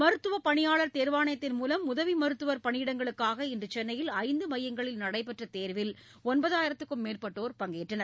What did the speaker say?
மருத்துவர் பணியாளர் தேர்வாணையத்தின் மூலம் உதவி மருத்துவர் பணியிடங்களுக்காக இன்று சென்னையில் ஐந்து மையங்களில் நடைபெற்ற தேர்வில் ஒன்பதாயிரத்திற்கும் மேற்பட்டோர் பங்கேற்றனர்